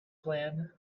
plan